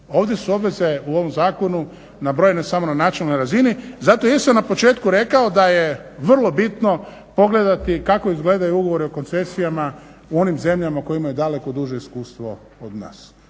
Ovdje su obveze u ovom zakonu nabrojene samo na načelnoj razini zato jesam na početku rekao da je vrlo bitno pogledati kako izgledaju ugovori u koncesijama u onim zemljama koje imaju daleko duže iskustvo od nas.